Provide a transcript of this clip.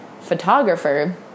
photographer